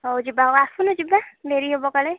ହଉ ଯିବା ହଉ ଆସୁନୁ ଯିବା ଡେରିହେବ କାଳେ